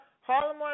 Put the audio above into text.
Harlem